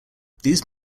these